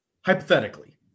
hypothetically